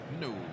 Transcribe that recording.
No